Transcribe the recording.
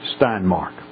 Steinmark